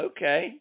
Okay